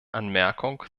anmerkung